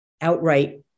outright